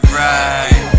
right